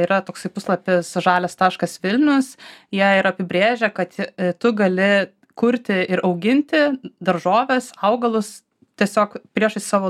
yra toksai puslapis žalias taškas vilnius ją yra apibrėžę kad ji tu gali kurti ir auginti daržoves augalus tiesiog priešais savo